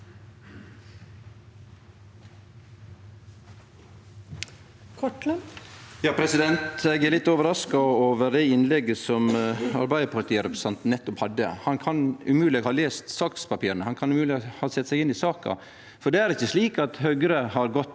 Eg er litt overraska over det innlegget som arbeidarpartirepresentanten nettopp hadde. Han kan umogleg ha lese sakspapira, han kan umogleg ha sett seg inn i saka, for det er ikkje slik at Høgre har gått